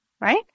right